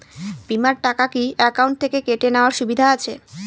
বিমার টাকা কি অ্যাকাউন্ট থেকে কেটে নেওয়ার সুবিধা আছে?